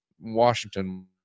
Washington